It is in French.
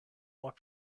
mois